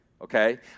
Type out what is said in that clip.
okay